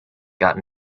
got